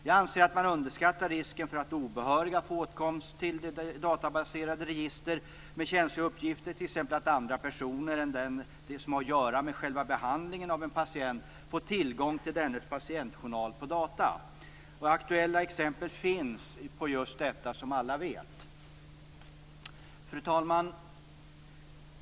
Jag anser att man underskattar risken för att obehöriga får åtkomst till databaserade register med känsliga uppgifter, t.ex. att andra personer än de som har att göra med själva behandlingen av en patient får tillgång till dennes patientjournal på data. Aktuella exempel på just detta finns, som alla vet. Fru talman!